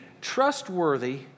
trustworthy